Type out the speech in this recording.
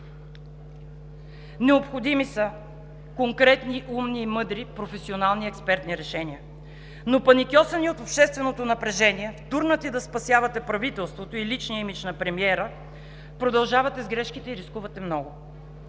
Необходими са конкретни, умни и мъдри, професионални, експертни решения, но паникьосани от общественото напрежение, втурнати да спасявате правителството и личния имидж на премиера, продължавате с грешките и рискувате много.